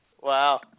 Wow